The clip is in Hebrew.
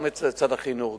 גם הצד של החינוך,